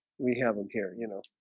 we have them here, you know